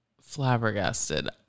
flabbergasted